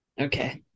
Okay